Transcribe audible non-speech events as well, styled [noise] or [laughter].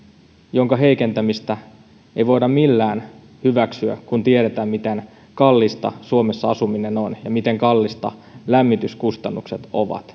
jonka heikentämistä ei voida millään hyväksyä kun tiedetään miten kallista suomessa asuminen on ja miten kalliita lämmityskustannukset ovat [unintelligible]